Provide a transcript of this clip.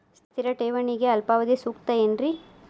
ಸ್ಥಿರ ಠೇವಣಿಗೆ ಅಲ್ಪಾವಧಿ ಸೂಕ್ತ ಏನ್ರಿ?